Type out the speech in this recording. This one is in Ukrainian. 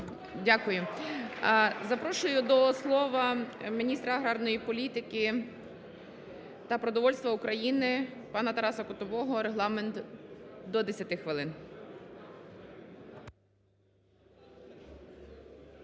Дякую. Запрошую до слова міністра аграрної політики та продовольства України пана Тараса Кутового. Регламент до 10 хвилин.